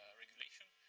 regulation.